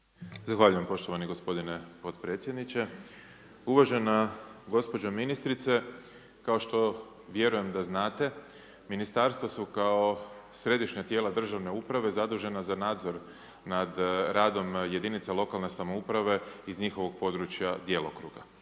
Zahvaljujem poštovani gospodine potpredsjedniče. Uvažena gospođo ministrice, kao što vjerujem da znate, ministarstva su kao središnja tijela državne uprave, zadužena za nadzor, nad radom jedinice lokalne samouprave iz njihovog područja djelokruga.